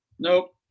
Nope